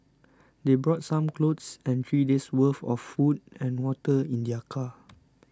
they brought some clothes and three days' worth of food and water in their car